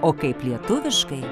o kaip lietuviškai